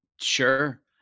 Sure